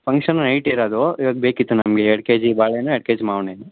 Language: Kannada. ಫಂಕ್ಷನ್ ನೈಟ್ ಇರೋದು ಇವಾಗ ಬೇಕಿತ್ತು ನಮಗೆ ಎರಡು ಕೆಜಿ ಬಾಳೆಹಣ್ಣು ಎರಡು ಕೆಜಿ ಮಾವ್ನ ಹಣ್ಣು